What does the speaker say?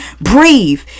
breathe